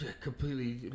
completely